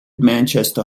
manchester